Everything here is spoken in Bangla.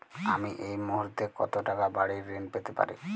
আমি এই মুহূর্তে কত টাকা বাড়ীর ঋণ পেতে পারি?